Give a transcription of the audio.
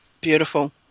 Beautiful